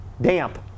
damp